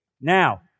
Now